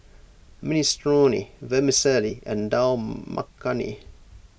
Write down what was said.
Minestrone Vermicelli and Dal Makhani